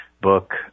book